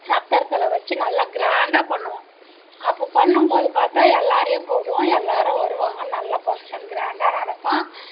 சத்திரத்தில் வச்சு நல்லா கிராண்டாக பண்ணுவோம் அப்போ பண்ணும்போது பார்த்தா எல்லாேரையும் கூப்பிடுவோம் எல்லாேரும் வருவாங்க நல்ல ஃபங்க்ஷன் கிராண்டாக நடக்கும்